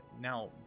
now